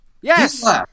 Yes